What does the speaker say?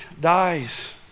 dies